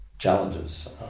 challenges